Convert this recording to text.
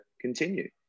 continue